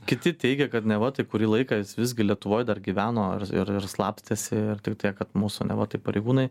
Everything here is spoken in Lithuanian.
kiti teigia kad neva tai kurį laiką jis visgi lietuvoj dar gyveno ir ir slapstėsi ir tik tiek kad mūsų neva tai pareigūnai